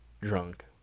drunk